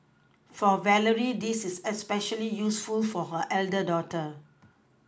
for Valerie this is especially useful for her elder daughter